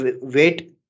wait